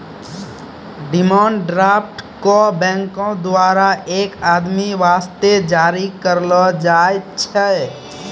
demand draft क बैंको द्वारा एक आदमी वास्ते जारी करलो जाय छै